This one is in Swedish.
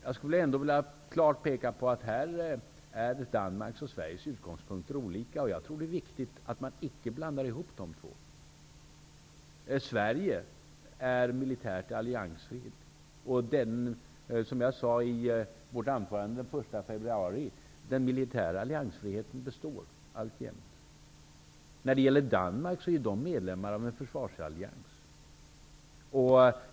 Jag skulle ändå vilja peka på att Danmarks och Sveriges utgångspunkter här är klart olika, och jag tror att det är viktigt att man icke blandar ihop dem. Sverige är militärt alliansfritt. Som jag sade i vårt anförande den 1 februari består den militära alliansfriheten alltjämt. Danmark är ju medlem av en försvarsallians.